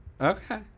Okay